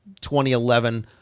2011